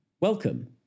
Welcome